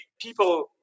people